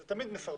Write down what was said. וזה תמיד מסרבל,